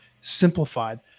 simplified